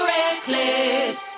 reckless